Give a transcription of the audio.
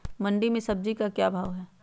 मंडी में सब्जी का क्या भाव हैँ?